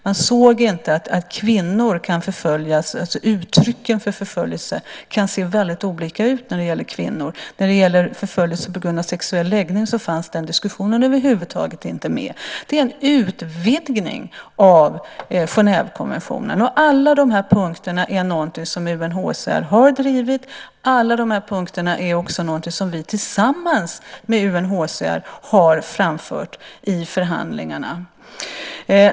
Man såg inte att kvinnor kan förföljas, alltså att uttrycken för förföljelse kan se väldigt olika ut när det gäller kvinnor. Förföljelse på grund av sexuell läggning var en diskussion som över huvud taget inte fanns med. Det är en utvidgning av Genèvekonventionen, och alla de här punkterna är sådant som UNHCR har drivit. Alla de här punkterna är också sådant som vi tillsammans med UNHCR har framfört i förhandlingarna.